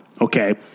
okay